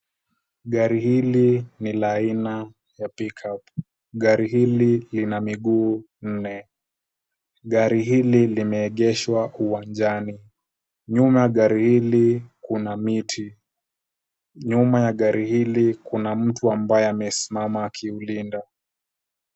Gari hili ni la aina ya Pickup . Gari hili lina miguu nne. Gari hili limeegeshwa uwanjani. Nyuma ya gari hili kuna miti. Nyuma ya gari hili kuna mtu ambaye amesimama akiulinda.